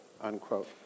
unquote